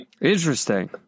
Interesting